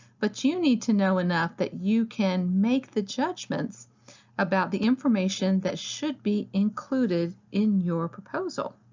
but you need to know enough that you can make the judgments about the information that should be included in your proposal.